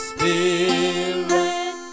Spirit